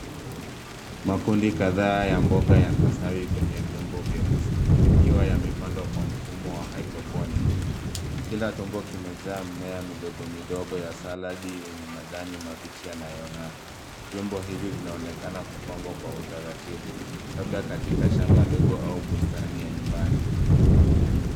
Makundi kadhaa ya mboga yanastawi kwenye vyombo vyeusi yakiwa yamepandwa kwa mfumo wa hydroponic kila chombo kimejaa mimea midogomidogo ya salad yenye majani mabichi yanayong'aa vyombo hivi vinaonekana kupangwa kwa utaratibu labda katika shamba dogo au bustani ya nyumbani.